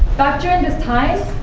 back during this time,